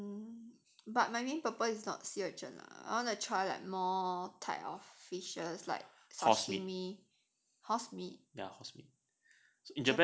hmm but my main purpose is not sea urchin lah I wanna try like more type of fishes like sashimi horse meat